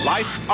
Life